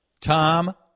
tom